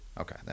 okay